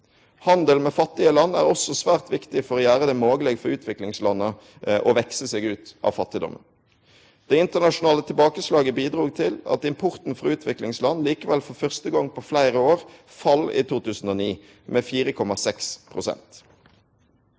Handel med fattige land er også svært viktig for å gjere det mogleg for utviklingslanda å vekse seg ut av fattigdommen. Det internasjonale tilbakeslaget bidrog til at importen frå utviklingsland likevel for første gong på fleire år fall i 2009, med 4,6 pst.